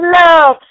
love